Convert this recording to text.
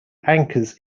anchors